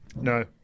No